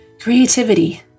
Creativity